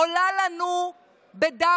עולה לנו בדם,